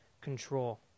control